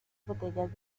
botellas